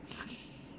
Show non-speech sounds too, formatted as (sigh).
(noise)